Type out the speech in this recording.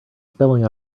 spelling